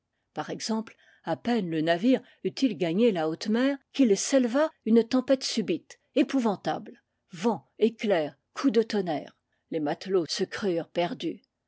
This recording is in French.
par exemple à peine le navire eut-il gagné la haute mer qu'il s'éleva une tempête subite épouvantable vent éclairs coups de tonnerre les matelots se crurent perdus